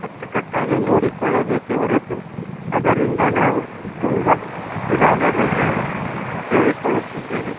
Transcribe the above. ಅಚ್ಚುಕಟ್ಟಾಗಿ ನೋಡಿಕೊಳ್ಳಬೇಕೆ ಹೊರತು ಅದರಿಂದ ನಾವು ತುಂಬ ಇದಾಗಬೇಕೆಂದು ಕೇಳಿಕೊಳ್ಳುತ್ತಿದ್ದೇನೆ